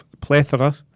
plethora